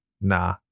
Nah